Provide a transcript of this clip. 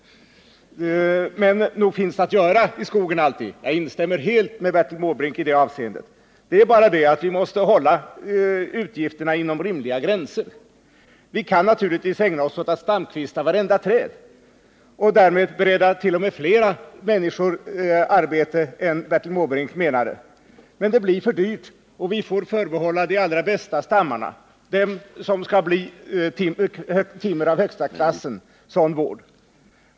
Nog finns det att göra i skogen, jag är helt ense med Bertil Måbrink i det avseendet. Men vi måste hålla utgifterna inom rimliga gränser. Vi kan naturligtvis ägna oss åt att stamkvista vartenda träd och därmed bereda t. 0. m. fler människor arbete än Bertil Måbrink menade. Men det blir för dyrt —-vi får förbehålla de allra bästa stammarna, dem som alltså skall bli timmer av högsta klassen, sådan vård.